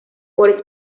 por